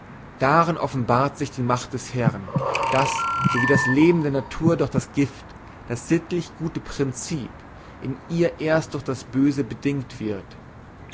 darin offenbart sich die macht des herrn daß so wie das leben der natur durch das gift das sittlich gute prinzip in ihr erst durch das böse bedingt wird